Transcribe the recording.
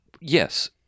Yes